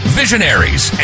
visionaries